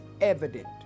evident